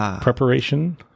Preparation